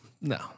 no